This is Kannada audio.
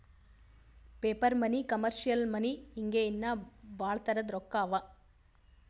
ಪೇಪರ್ ಮನಿ, ಕಮರ್ಷಿಯಲ್ ಮನಿ ಹಿಂಗೆ ಇನ್ನಾ ಭಾಳ್ ತರದ್ ರೊಕ್ಕಾ ಅವಾ